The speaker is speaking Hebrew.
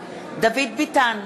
דוד ביטן,